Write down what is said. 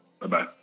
Bye-bye